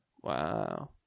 Wow